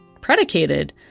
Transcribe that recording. predicated